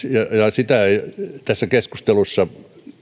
sitä ei tässä keskustelussa